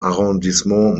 arrondissement